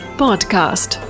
podcast